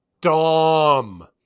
dom